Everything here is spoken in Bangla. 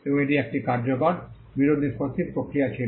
এবং এটি একটি কার্যকর বিরোধ নিষ্পত্তির প্রক্রিয়া ছিল